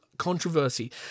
controversy